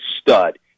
stud